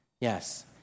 Yes